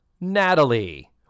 Natalie